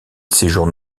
séjourne